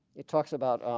it talks about